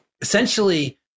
essentially